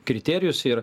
kriterijus ir